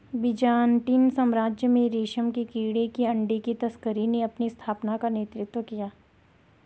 Byzantine साम्राज्य में रेशम के कीड़े के अंडे की तस्करी ने अपनी स्थापना का नेतृत्व किया